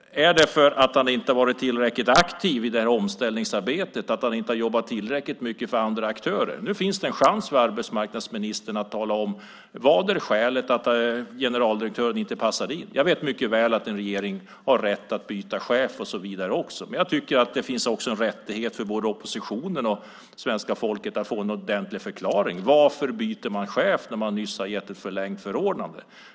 Är det för att han inte varit tillräckligt aktiv i omställningsarbetet? Har han inte jobbat tillräckligt mycket för andra aktörer? Nu finns det möjlighet för arbetsmarknadsministern att tala om vad som var skälet till att generaldirektören inte passade in. Jag vet mycket väl att en regering har rätt att byta chefer och så vidare, men det finns också en rättighet för både oppositionen och svenska folket att få en ordentlig förklaring till varför man byter ut en chef som man nyss gett ett förlängt förordnande.